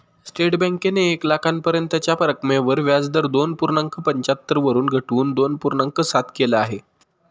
state बँकेने एक लाखापर्यंतच्या रकमेवर व्याजदर दोन पूर्णांक पंच्याहत्तर वरून घटवून दोन पूर्णांक सात केल आहे